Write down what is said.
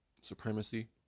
supremacy